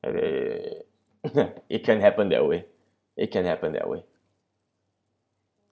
eh ya it can happen that way it can happen that way